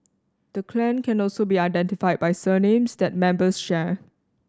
the clan can also be identified by surnames that members share